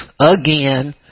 again